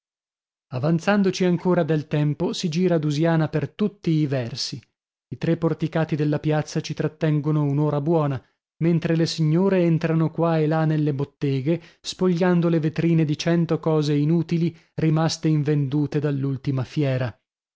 avanzandoci ancora del tempo si gira dusiana per tutti i versi i tre porticati della piazza ci trattengono un'ora buona mentre le signore entrano qua e là nelle botteghe spogliando le vetrine di cento cose inutili rimaste invendute dall'ultima fiera